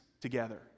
together